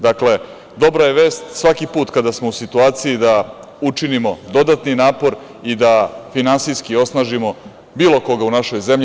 Dakle, dobra je vest svaki put kada smo u situaciji da učinimo dodatni napor i da finansijski osnažimo bilo koga u našoj zemlji.